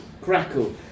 crackle